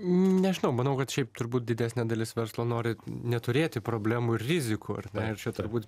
nežinau manau kad šiaip turbūt didesnė dalis verslo nori neturėti problemų ir rizikų ar ne ir čia turbūt